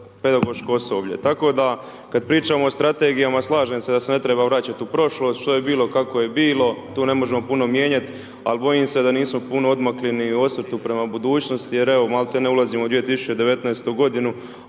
pedagoško osoblje. Tako da kada pričamo o strategijama, slažem da se ne smije vraćati u prošlost, što je bilo, kako je bilo, tu ne možemo puno mijenjati, ali bojim se da nismo puno odmakli ni u osvrtu prema budućnosti, jer evo, maltene ulazimo u 2019. g.